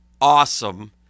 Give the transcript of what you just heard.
awesome